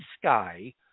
sky